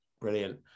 brilliant